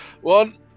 One